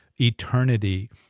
eternity